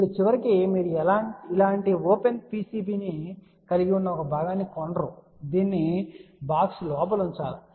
ఇప్పుడు చివరికి మీరు ఇలాంటి ఓపెన్ PCB ని కలిగి ఉన్న ఒక భాగాన్ని కొనరు దీనిని బాక్స్ లోపల ఉంచాలి